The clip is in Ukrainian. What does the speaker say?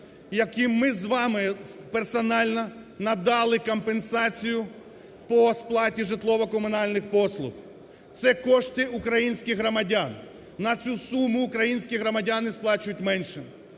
яким ми з вами персонально надали компенсацію по сплаті житлово-комунальних послуг. Це кошти українських громадян, на цю суму українські громадяни сплачують менше.